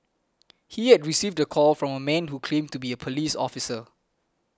he had received a call from a man who claimed to be a police officer